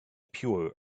pure